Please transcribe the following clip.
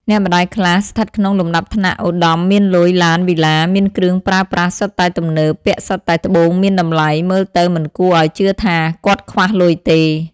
អ្នកម្ដាយខ្លះ ស្ថិតក្នុងលំដាប់ថ្នាក់ឧត្ដមមានលុយ ឡាន វីឡា មានគ្រឿងប្រើប្រាស់សុទ្ធតែទំនើប ពាក់សុទ្ធតែត្បូងមានតម្លៃ មើលទៅមិនគួរឲ្យជឿថា គាត់ខ្វះលុយទេ ។